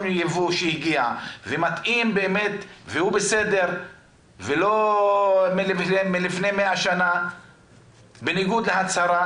הייבוא והוא בסדר ולא מלפני 100 שנה בניגוד להצהרה